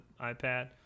iPad